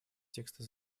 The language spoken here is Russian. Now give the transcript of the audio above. текста